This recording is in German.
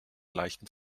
leichten